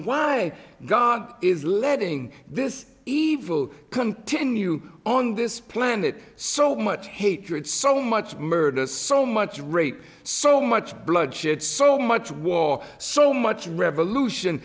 why god is letting this evil continue on this planet so much hatred so much murder so much rape so much bloodshed so much war so much revolution